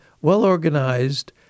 well-organized